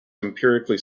empirically